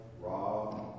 Rob